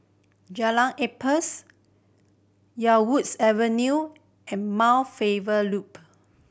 Jalan Ampas Yarwoods Avenue and Mount Faber Loop